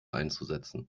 einzusetzen